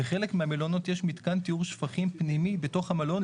בחלק מהמלונות יש מתקן טיהור שפכים פנימי בתוך המלון,